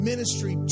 ministry